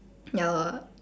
ya lor